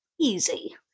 Easy